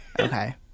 Okay